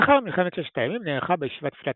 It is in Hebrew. לאחר מלחמת ששת הימים נערכה בישיבה תפילת